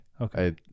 Okay